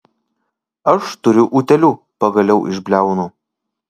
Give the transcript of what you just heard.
aš turiu utėlių pagaliau išbliaunu